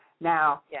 Now